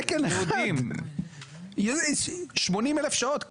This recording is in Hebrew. תקן אחד על 80,000 שעות,